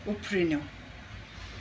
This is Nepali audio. उफ्रिनु